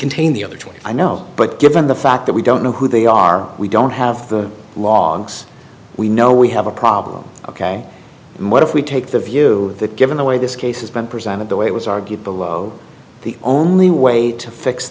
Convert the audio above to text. contain the other twenty i know but given the fact that we don't know who they are we don't have the logs we know we have a problem ok what if we take the view that given the way this case has been presented the way it was argued below the only way to fix